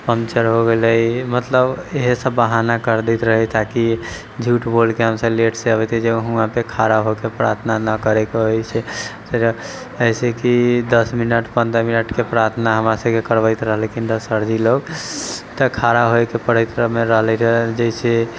puncture हो गेलै मतलब इहे सभ बहाना कर दैत रहि ताकि झूठ बोलके हम सभ लेट से अबैत जे ऊहाँपे खड़ा होके प्रार्थना नहि करैके होइत छै फेरो जइसे कि दश मिनट पन्द्रह मिनटके प्रार्थना हमरा सभकेँ करबैत रहलखिन हंँ सर जी लोक तऽ खड़ा होइके पड़ैतमे रहलैया जइसे